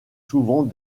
souvent